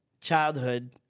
childhood